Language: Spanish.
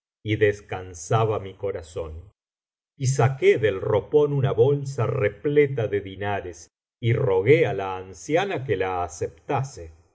y descansaba mi corazón y saqué del ropón una bolsa repleta de dinares y rogué á la anciana que la aceptase